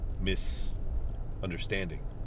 misunderstanding